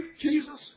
Jesus